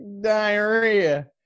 diarrhea